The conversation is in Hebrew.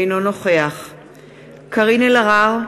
אינו נוכח קארין אלהרר,